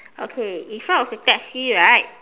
okay in front of the taxi right